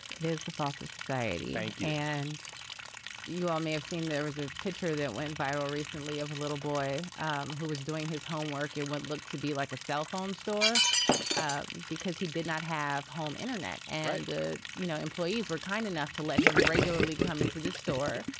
it is the path of society and you all may have seen there was a pitcher that went viral recently of a little boy um who was doing his homework at what looked to be like a cell phone store ah because he did not have home internet and the you know employees were kind enough to let him regularly come into this store,